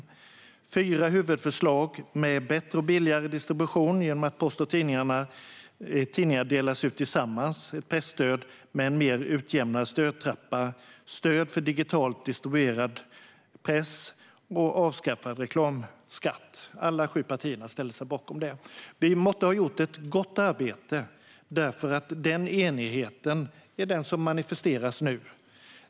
Vi hade fyra huvudförslag: bättre och billigare distribution genom att post och tidningar delas ut tillsammans, ett presstöd med en mer utjämnad stödtrappa, stöd för digitalt distribuerad press och avskaffad reklamskatt. Alla sju partierna ställde sig bakom detta. Vi måtte ha gjort ett gott arbete, för det är denna enighet som manifesteras nu.